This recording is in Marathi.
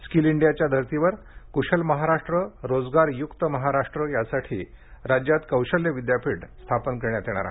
स्कील इंडियाच्या धर्तीवर कुशल महाराष्ट्र रोजगारयुक्त महाराष्ट्र यासाठी राज्यात कौशल्य विद्यापीठ स्थापन करण्यात येणार आहे